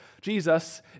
Jesus